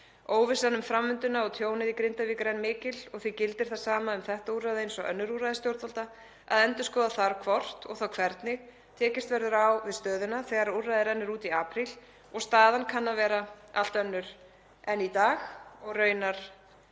Óvissan um framvinduna og tjónið í Grindavík er enn mikil og því gildir það sama um þetta úrræði eins og önnur úrræði stjórnvalda að endurskoða þarf hvort og þá hvernig tekist verður á við stöðuna þegar úrræðið rennur út í apríl og staðan kann að vera allt önnur en í dag og raunar,